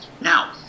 Now